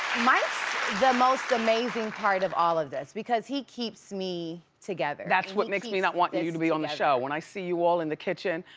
mike's the most amazing part of all of this because he keeps me together. that's what makes me not want yeah you to be on the show. when i see you all in the kitchen,